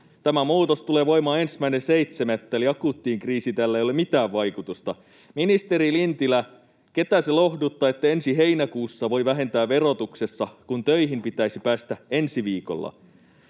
Tämä muutos tulee voimaan 1.7., eli akuuttiin kriisiin tällä ei ole mitään vaikutusta. Ministeri Lintilä, ketä se lohduttaa, että ensi heinäkuussa voi vähentää verotuksessa, kun töihin pitäisi päästä ensi viikolla?